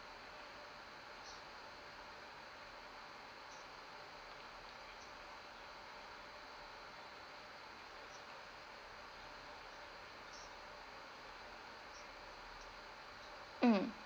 mm